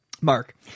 Mark